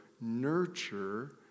nurture